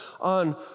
on